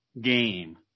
game